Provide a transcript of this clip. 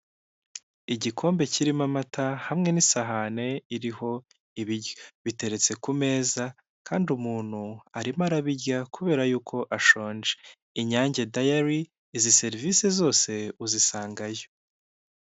Igikombe kirimo amata hamwe n'isahani iriho ibiryo, biteretse ku meza kandi umuntu arimo arabirya kubera yuko ashonje, Inyange Dayari izi serivisi zose uzisangayo.